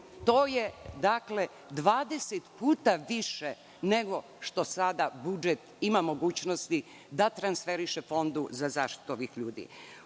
To je dvadeset puta više nego što sada budžet ima mogućnosti da transferiše Fondu za zaštitu ovih ljudi,